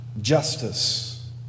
justice